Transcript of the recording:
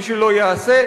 מי שלא יעשה,